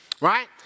Right